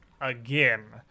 again